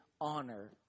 honor